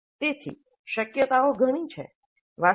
તેથી શક્યતાઓ ઘણી છે